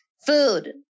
food